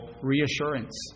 reassurance